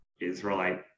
Israelite